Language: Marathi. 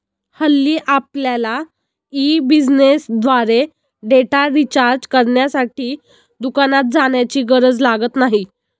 हल्ली आपल्यला ई बिझनेसद्वारे डेटा रिचार्ज करण्यासाठी दुकानात जाण्याची गरज लागत नाही